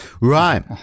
Right